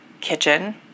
kitchen